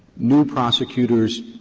new prosecutors,